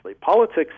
politics